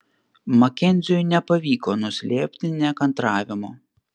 makenziui nepavyko nuslėpti nekantravimo